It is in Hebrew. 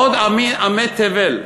בעוד עמי תבל,